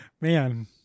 man